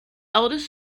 eldest